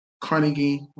Carnegie